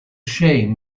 shame